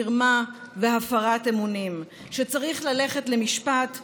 מרמה והפרת אמונים, שצריך ללכת למשפט ומוכן,